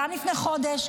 גם לפני חודש,